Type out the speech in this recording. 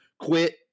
Quit